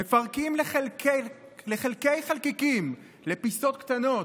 מפרקים לחלקי חלקיקים, לפיסות קטנות,